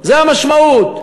זו המשמעות.